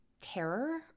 terror